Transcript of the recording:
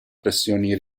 pressioni